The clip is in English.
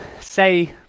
say